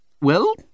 Well